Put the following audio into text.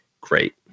Great